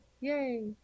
yay